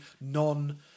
non